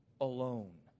alone